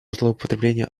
злоупотребление